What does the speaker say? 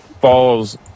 falls